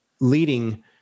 leading